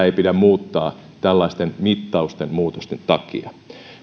ei pidä muuttaa tällaisten mittausten muutosten takia